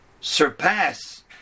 surpass